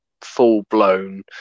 full-blown